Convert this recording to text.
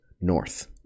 north